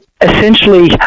Essentially